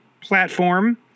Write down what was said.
platform